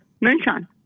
moonshine